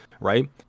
right